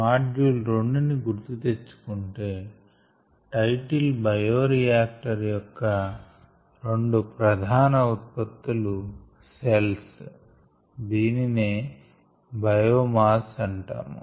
module 2 ని గుర్తు తెచ్చుకుంటే టైటిల్ బయోరియాక్టర్ యొక్క రెండు ప్రధాన ఉత్పత్తులు సెల్స్ దీనినే బయోమాస్ అంటాము